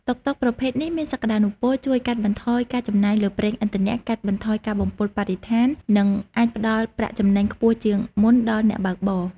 តុកតុកប្រភេទនេះមានសក្ដានុពលជួយកាត់បន្ថយការចំណាយលើប្រេងឥន្ធនៈ កាត់បន្ថយការបំពុលបរិស្ថាន និងអាចផ្ដល់ប្រាក់ចំណេញខ្ពស់ជាងមុនដល់អ្នកបើកបរ។